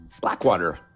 blackwater